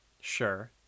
sure